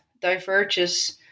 diverges